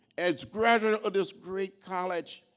as graduates of this great college,